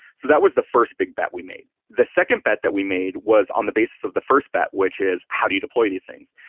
so that was the first big bet we made. the second bet that we made was on the basis of the first bet, which is how do you deploy these things.